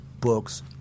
books